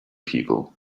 people